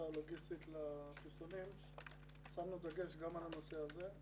הלוגיסטית לחיסונים שמנו דגש גם על הנושא הזה,